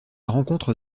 rencontre